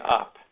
up